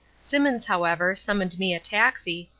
simmons, however, summoned me a taxi,